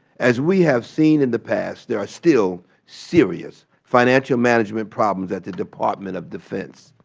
as we have seen in the past, there are still serious financial management problems at the department of defense.